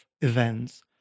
events